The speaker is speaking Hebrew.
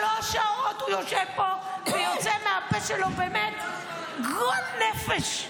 שלוש שעות הוא יושב פה ויוצא מהפה שלו גועל נפש.